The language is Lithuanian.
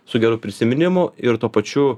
su geru prisiminimu ir tuo pačiu